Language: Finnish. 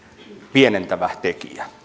pienentävä tekijä